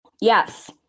Yes